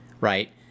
Right